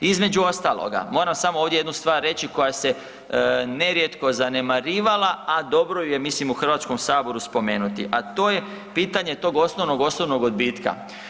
Između ostaloga, moram samo ovdje jednu stvar reći koja se nerijetko zanemarivala, a dobro ju je mislim u Hrvatskom saboru spomenuti, a to je pitanje tog osnovnog osobnog odbitka.